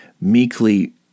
meekly